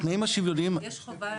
יש חובה